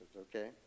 Okay